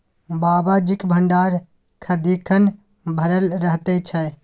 बाबाजीक भंडार सदिखन भरल रहैत छै